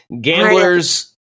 Gamblers